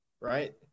right